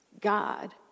God